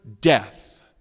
death